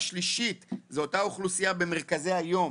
השלישית זו אותה אוכלוסייה במרכזי היום,